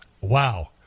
wow